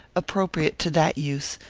appropriated to that use,